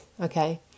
Okay